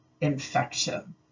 infection